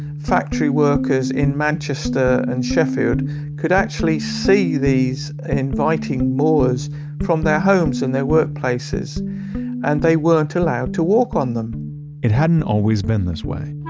factory workers in manchester and sheffield could actually see these inviting moors from their homes and their workplaces and they weren't allowed to walk on them it hadn't always been this way,